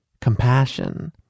compassion